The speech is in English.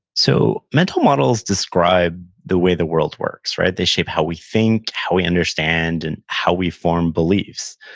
so mental models describe the way the world works, right? they shape how we think, how we understand and how we form beliefs.